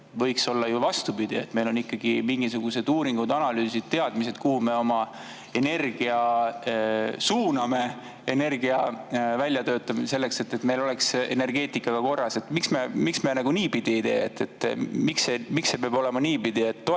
võiks olla ju vastupidi, et meil on ikkagi mingisugused uuringud, analüüsid, teadmised, kuhu me oma energia suuname energia[plaanide] väljatöötamisel, selleks, et meil oleks energeetikaga kõik korras. Miks me niipidi ei tee? Miks see peab olema niipidi, et toetame